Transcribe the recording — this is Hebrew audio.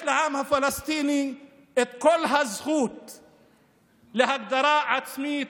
יש לעם הפלסטיני את כל הזכות להגדרה עצמית